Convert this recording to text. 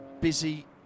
busy